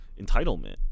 entitlement